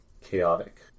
chaotic